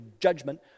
judgment